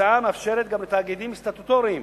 ההצעה מאפשרת גם לתאגידים סטטוטוריים,